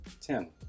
Tim